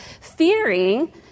fearing